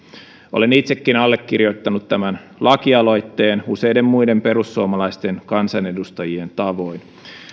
olen itsekin allekirjoittanut tämän lakialoitteen useiden muiden perussuomalaisten kansanedustajien tavoin